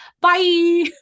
Bye